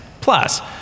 Plus